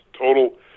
Total